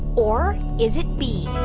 or is it b,